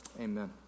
Amen